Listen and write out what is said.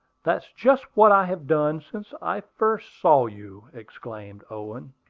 that's just what i have done since i first saw you! exclaimed owen.